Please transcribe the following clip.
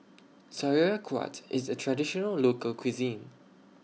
Sauerkraut IS A Traditional Local Cuisine